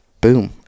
boom